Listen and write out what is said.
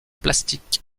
plastiques